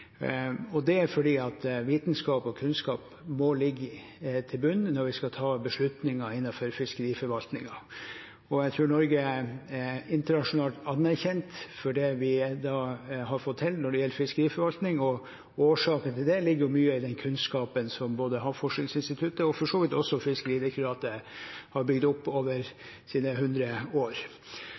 Det er fordi vitenskap og kunnskap må ligge i bunnen når vi skal ta beslutninger innenfor fiskeriforvaltningen. Jeg tror Norge er internasjonalt anerkjent for det vi har fått til når det gjelder fiskeriforvaltning. Årsaken til det ligger mye i den kunnskapen som både Havforskningsinstituttet og for så vidt også Fiskeridirektoratet har bygd opp over sine hundre år.